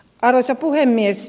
arvoisa puhemies